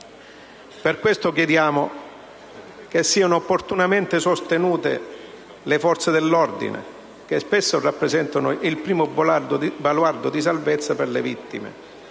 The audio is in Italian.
Per questo chiediamo che sia opportunamente sostenute le forze dell'ordine, che spesso rappresentano il primo baluardo di salvezza per le vittime.